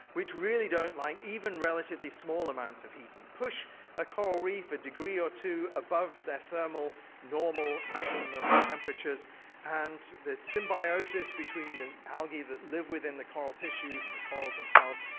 which really don't like even relatively small amounts of heating. push a coral reef a degree or two above their thermal normal maximum temperatures and the symbiosis between the algae that live within the coral tissues, and the corals themselves,